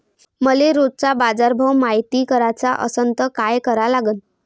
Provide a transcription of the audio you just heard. मले रोजचा बाजारभव मायती कराचा असन त काय करा लागन?